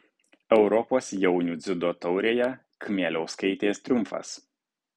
europos jaunių dziudo taurėje kmieliauskaitės triumfas